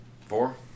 Four